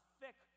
thick